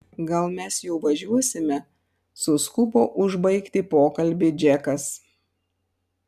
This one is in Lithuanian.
gal mes jau važiuosime suskubo užbaigti pokalbį džekas